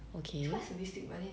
okay